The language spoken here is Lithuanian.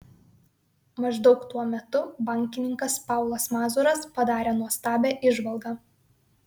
maždaug tuo metu bankininkas paulas mazuras padarė nuostabią įžvalgą